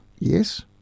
Yes